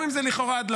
גם אם זה לכאורה הדלפה,